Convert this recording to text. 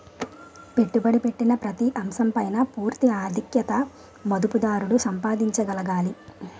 పెట్టుబడి పెట్టిన ప్రతి అంశం పైన పూర్తి ఆధిక్యత మదుపుదారుడు సంపాదించగలగాలి